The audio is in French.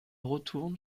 retourne